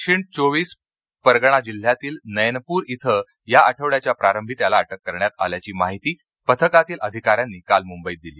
दक्षिण चोवीस परगणा जिल्ह्यातील नैनपूर इथं या आठवड्याच्या प्रारंभी त्याला अटक करण्यात आल्याची माहिती पथकातील अधिकाऱ्यांनी काल मुंबईत दिली